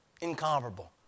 incomparable